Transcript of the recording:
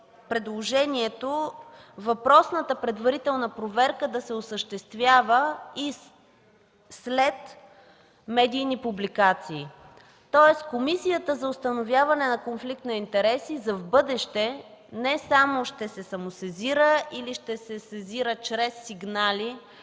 въпросната предварителна проверка да се осъществява и след медийни публикации. Тоест Комисията за установяване на конфликт на интереси за в бъдеще не само ще се самосезира или ще се сезира чрез сигнали